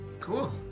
Cool